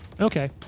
Okay